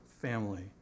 family